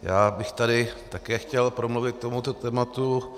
Já bych tady také chtěl promluvit k tomuto tématu.